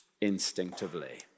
instinctively